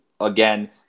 again